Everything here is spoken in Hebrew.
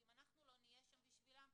ואם אנחנו לא נהיה שם בשבילם,